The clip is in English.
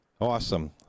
Awesome